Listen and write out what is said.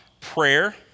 Prayer